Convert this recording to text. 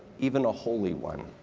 even a holy one.